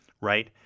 right